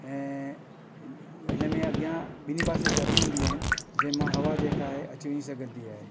ऐं हिन में अॻियां ॿिनी पासे दरियूं हूंदियूं आहिनि जंहिं मां हवा जेका आहे अची वञी सघंदी आहे